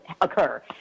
occur